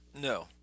No